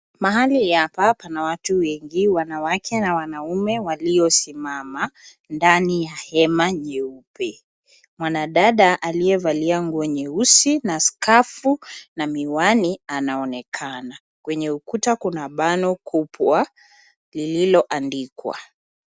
Mahali hapa pana watu wengi, wanawake na wanaume waliosimama ndani ya hema nyeupe. Mwanadada aliyevalia nguo nyeusi na skafu na miwani anaonekana. Kwenye ukuta kuna bano kubwa lililoandikwa.